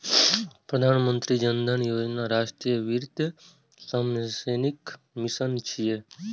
प्रधानमंत्री जन धन योजना राष्ट्रीय वित्तीय समावेशनक मिशन छियै